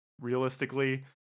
realistically